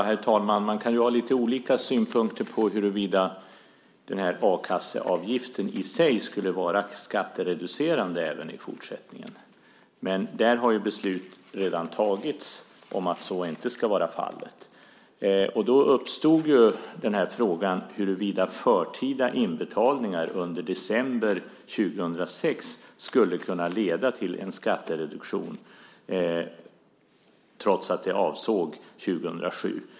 Herr talman! Man kan ju ha lite olika synpunkter på huruvida den här a-kasseavgiften i sig skulle vara skattereducerande även i fortsättningen. Men beslut har redan tagits om att så inte ska vara fallet. Då uppstod frågan huruvida förtida inbetalningar under december 2006 skulle kunna leda till en skattereduktion trots att de avsåg 2007.